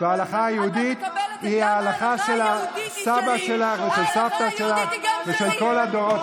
ההלכה היהודית היא ההלכה של הסבא שלך ושל סבתא שלך ושל כל הדורות,